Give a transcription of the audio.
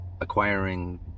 acquiring